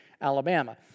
Alabama